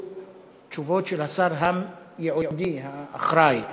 תשובות של השר הייעודי האחראי למשרד,